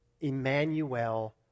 Emmanuel